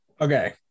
okay